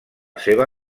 seva